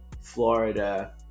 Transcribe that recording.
Florida